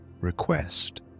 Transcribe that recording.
request